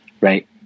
Right